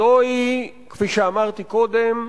זוהי, כפי שאמרתי קודם,